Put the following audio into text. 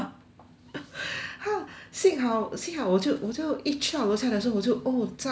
好幸好幸好我就我就一去到楼下的时候我就 oh 糟糕